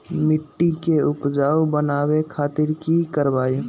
मिट्टी के उपजाऊ बनावे खातिर की करवाई?